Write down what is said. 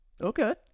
Okay